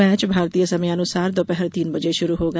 match भारतीय समयानुसार दोपहर तीन बजे शुरू होगा